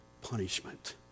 punishment